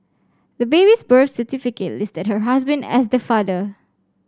the baby's birth certificate listed her husband as the father